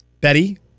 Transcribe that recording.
Betty